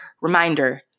reminder